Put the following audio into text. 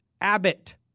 Abbott